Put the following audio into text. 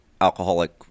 alcoholic